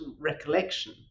recollection